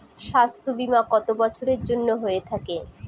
স্বাস্থ্যবীমা কত বছরের জন্য হয়ে থাকে?